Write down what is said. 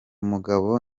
mugabo